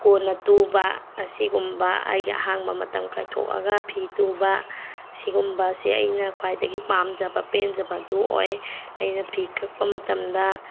ꯀꯣꯟꯅ ꯇꯨꯕ ꯑꯁꯤꯒꯨꯝꯕ ꯑꯩꯒꯤ ꯑꯍꯥꯡꯕ ꯃꯇꯝ ꯀꯥꯏꯊꯣꯛꯑꯒ ꯐꯤ ꯇꯨꯕ ꯁꯤꯒꯨꯝꯕꯁꯦ ꯑꯩꯅ ꯈ꯭ꯋꯥꯏꯗꯒꯤ ꯄꯥꯝꯖꯕ ꯄꯦꯟꯖꯕꯗꯨ ꯑꯣꯏ ꯑꯩꯅ ꯐꯤ ꯀꯛꯄ ꯃꯇꯝꯗ